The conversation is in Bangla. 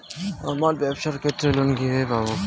আমার ব্যবসার ক্ষেত্রে লোন কিভাবে পাব?